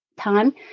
time